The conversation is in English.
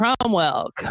Cromwell